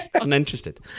uninterested